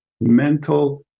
mental